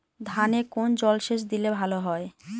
ধানে কোন জলসেচ দিলে ভাল হয়?